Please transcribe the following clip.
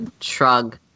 shrug